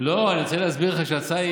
אני רוצה להסביר לך שההצעה היא